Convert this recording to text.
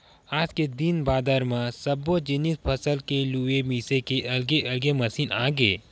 आज के दिन बादर म सब्बो जिनिस फसल के लूए मिजे के अलगे अलगे मसीन आगे हे